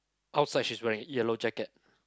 outside she's wearing yellow jacket